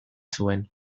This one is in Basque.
zuen